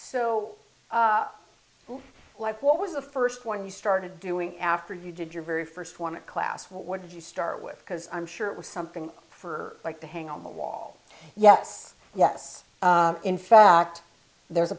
so what was the first one you started doing after you did your very first one class what did you start with because i'm sure it was something for her like to hang on the wall yes yes in fact there's a